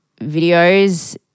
videos